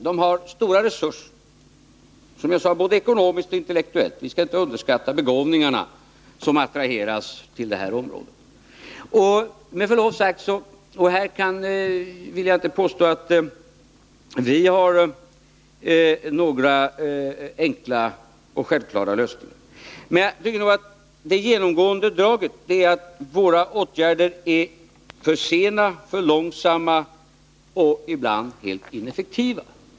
De har som sagt stora resurser, både ekonomiskt och intellektuellt — vi skall inte underskatta de begåvningar som attraheras till det här området. Jag vill inte påstå att vi har några enkla och självklara lösningar av de här problemen. Men jag tycker att det genomgående draget är att samhällets åtgärder är för sena, för långsamma och ibland helt ineffektiva.